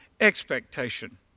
expectation